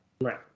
Right